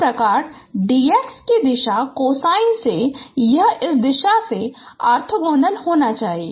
इसी प्रकार dx की दिशा कोसाइन से यह इस दिशा में ओर्थोगोनल होना चाहिए